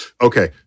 Okay